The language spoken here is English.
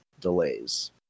delays